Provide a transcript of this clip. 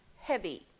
heavy